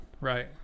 Right